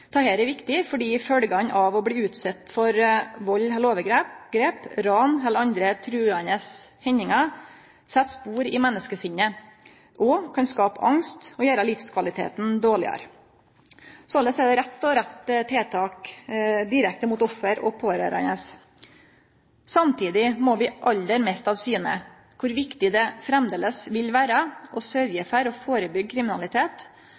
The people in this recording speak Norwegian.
Dette er viktig fordi følgjene av å bli utsett for vald, overgrep, ran eller andre trugande hendingar, set spor i menneskesinnet og kan skape angst og gjere livskvaliteten dårlegare. Såleis er det rett å rette tiltak direkte mot offer og pårørande. Samstundes må vi aldri miste av syne kor viktig det framleis vil vere å sørgje for å førebyggje kriminalitet